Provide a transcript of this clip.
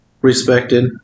respected